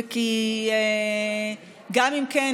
וגם אם כן,